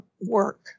work